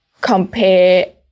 compare